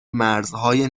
مرزهای